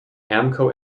amco